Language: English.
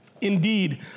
indeed